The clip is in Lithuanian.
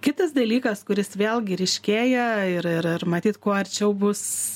kitas dalykas kuris vėlgi ryškėja ir ir ir matyt kuo arčiau bus